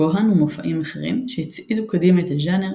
קוהאן ומופעים אחרים, שהצעידו קדימה את הז'אנר